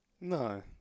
No